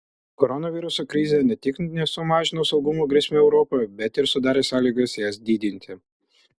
koronaviruso krizė ne tik nesumažino saugumo grėsmių europoje bet ir sudarė sąlygas jas didinti